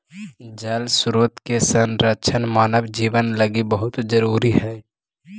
जल स्रोत के संरक्षण मानव जीवन लगी बहुत जरूरी हई